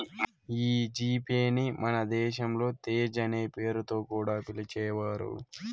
ఈ G Pay ని మన దేశంలో తేజ్ అనే పేరుతో కూడా పిలిచేవారు